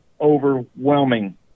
overwhelming